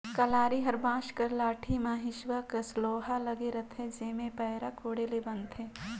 कलारी हर बांस कर लाठी मे हेसुवा कस लोहा लगे रहथे जेम्हे पैरा कोड़े ले बनथे